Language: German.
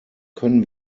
können